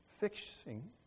Fixing